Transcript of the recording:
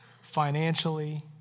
financially